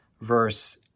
verse